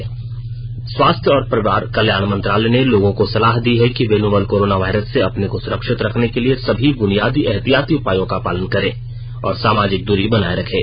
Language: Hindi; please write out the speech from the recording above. एडवाइजरी स्वास्थ्य और परिवार कल्याण मंत्रालय ने लोगों को सलाह दी है कि वे नोवल कोरोना वायरस से अपने को सुरक्षित रखने के लिए सभी ब्रुनियादी एहतियाती उपायों का पालन करें और सामाजिक दूरी बनाए रखें